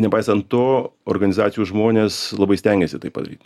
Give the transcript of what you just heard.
nepaisant to organizacijų žmonės labai stengiasi tai padaryt